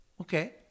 Okay